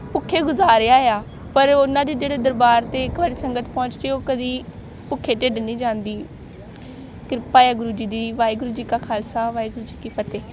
ਭੁੱਖੇ ਗੁਜਾਰਿਆ ਆ ਪਰ ਉਹਨਾਂ ਦੇ ਜਿਹੜੇ ਦਰਬਾਰ 'ਤੇ ਇੱਕ ਵਾਰੀ ਸੰਗਤ ਪਹੁੰਚ ਜਾਵੇ ਉਹ ਕਦੀ ਭੁੱਖੇ ਢਿੱਡ ਨਹੀਂ ਜਾਂਦੀ ਕ੍ਰਿਪਾ ਹੈ ਗੁਰੂ ਜੀ ਦੀ ਵਾਹਿਗੁਰੂ ਜੀ ਕਾ ਖਾਲਸਾ ਵਾਹਿਗੁਰੂ ਜੀ ਕੀ ਫਤਿਹ